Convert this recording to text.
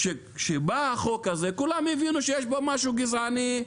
כשבא החוק הזה כולם הבינו שיש בו משהו גזעני,